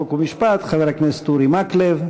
חוק ומשפט חבר הכנסת אורי מקלב.